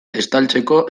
estaltzeko